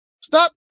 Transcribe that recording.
Stop